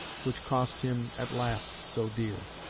which cost him at last so dear.